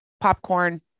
popcorn